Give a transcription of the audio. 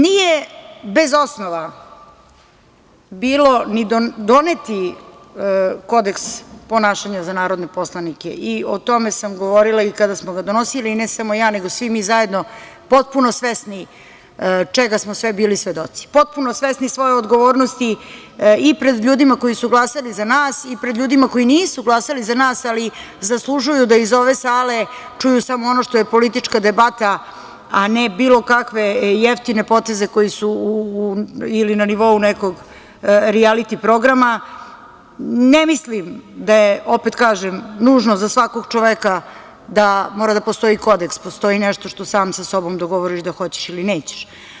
Nije bez osnova, bilo ni doneti kodeks ponašanja za narodne poslanike i o tome sam govorila i kada smo ga donosili i ne samo ja, nego i svi mi zajedno, potpuno svesni čega smo sve bili svedoci, potpuno svesni svoje odgovornosti, i pred ljudima koji su glasali za nas i pred ljudima koji nisu glasali za nas, ali zaslužuju da iz ove sale čuju samo ono što je politička debata, a ne bilo kakve jeftine poteze koji su na nivou nekog rijaliti programa, i ne mislim, opet kažem, nužno za svakog čoveka, da mora da postoji kodeks, već postoji nešto što sam sa sobom dogovoriš da li hoćeš ili nećeš.